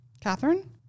Catherine